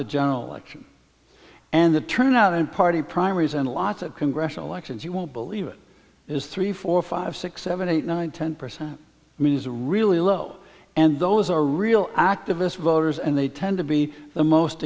the general election and the turnout in party primaries and a lot of congressional elections you won't believe it is three four five six seven eight nine ten percent means a really low and those are real activist voters and they tend to be the most